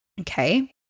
Okay